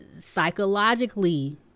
psychologically